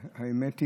האמת,